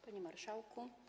Panie Marszałku!